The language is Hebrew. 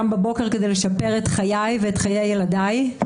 בבוקר כדי לשפר את חיי ואת חיי ילדיי.